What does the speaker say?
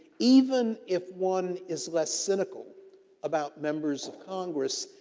even if one is less cynical about members of congress,